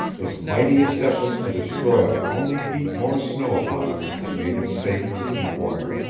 its mightiest efforts to destroy only beat more snow upon him, and made him safer and warmer.